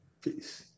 Peace